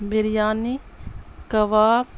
biryani کباب